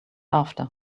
after